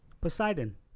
Poseidon